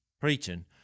preaching